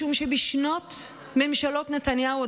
משום שבשנות ממשלות נתניהו,